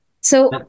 So-